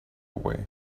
away